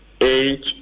eight